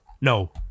no